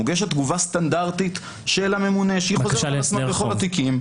מוגשת תגובה סטנדרטית של הממונה שהיא חוזרת על עצמה בכל התיקים,